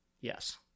Yes